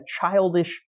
childish